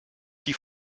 die